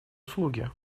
услуги